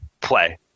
play